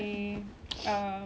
ya belikan awak